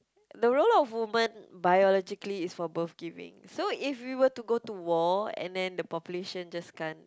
the role of women biologically is for birth giving so if we were to go to war and then the population just can't